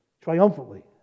Triumphantly